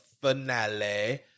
finale